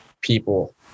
people